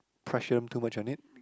pressure them too much on it